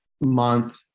month